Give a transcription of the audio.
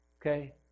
Okay